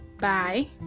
Bye